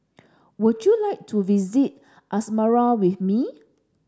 would you like to visit Asmara with me